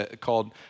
called